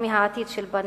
ומהעתיד של בניך,